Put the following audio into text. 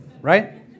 Right